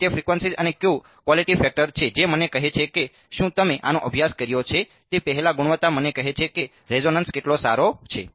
તેથી તે ફ્રિકવન્સી અને Q ક્વોલીટી ફેક્ટર છે જે મને કહે છે કે શું તમે આનો અભ્યાસ કર્યો છે તે પહેલાં ગુણવત્તા મને કહે છે કે રેઝોનન્સ કેટલો સારો છે